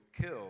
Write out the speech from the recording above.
kill